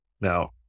Now